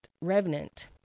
revenant